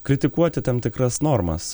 kritikuoti tam tikras normas